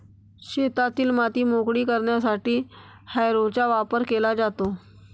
शेतातील माती मोकळी करण्यासाठी हॅरोचा वापर केला जातो